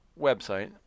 website